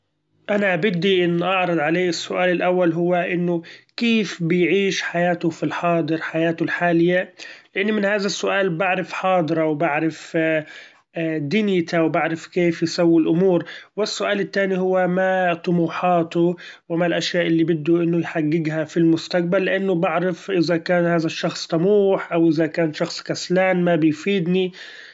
أنا بدي إني اعرض عليه السؤال الأول هو إنه كيف بيعيش حياته في الحاضر حياته الحالية؟ لإن من هذا السؤال بعرف حاضره وبعرف ‹hesitate › دنيته وبعرف كيف يسوي الامور؟ و السؤال التاني هو ما طموحاته وما الاشياء اللي بدو إنه يحققها في المستقبل؟ لإنو بعرف إذا كان هذا الشخص طموح أو إذا كان شخص كسلإن ما بيفيدني.